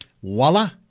voila